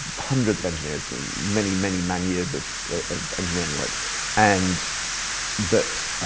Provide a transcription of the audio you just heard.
hundreds of engineers in many, many man years of of engineering work and that.